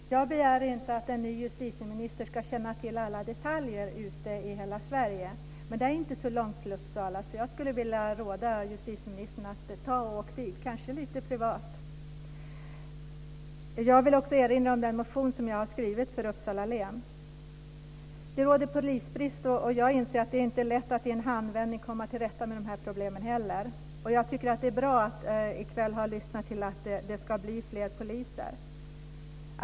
Fru talman! Jag begär inte att en ny justitieminister ska känna till alla detaljer i hela Sverige. Men det är inte så långt till Uppsala, så jag skulle vilja råda justitieministern att åka dit, kanske lite privat. Jag vill också erinra om den motion som jag har skrivit för Uppsala län. Det råder polisbrist och jag inser att det inte är lätt att i en handvändning komma till rätta med de problemen heller. Jag tycker att det är bra att i kväll ha lyssnat till att det ska bli fler poliser.